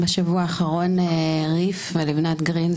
בשבוע האחרון ריף ולבנת גרין,